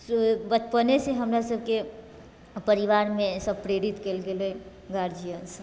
बचपनेसँ हमरा सबके परिवारमे ऐसे प्रेरित कयल गेलै गार्जियन सब